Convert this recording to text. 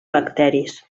bacteris